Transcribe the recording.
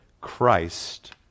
Christ